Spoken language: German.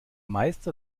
meister